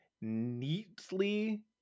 neatly